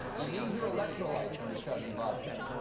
you need your electrolights when you're chugging vodka.